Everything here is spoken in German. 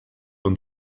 und